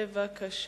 בבקשה.